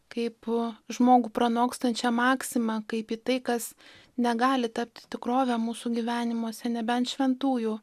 kaip žmogų pranokstančią maksimą kaip į tai kas negali tapti tikrove mūsų gyvenimuose nebent šventųjų